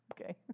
okay